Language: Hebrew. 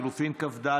לחלופין כ"ג,